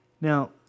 Now